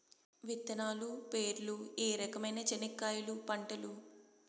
విత్తనాలు పేర్లు ఏ రకమైన చెనక్కాయలు పంటలు?